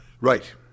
Right